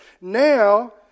Now